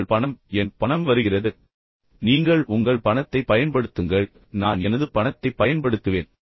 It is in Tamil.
உங்கள் பணம் என் பணம் வருகிறது நீங்கள் உங்கள் பணத்தைப் பயன்படுத்துங்கள் அதற்காக நான் எனது பணத்தைப் பயன்படுத்துவேன்